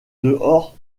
dehors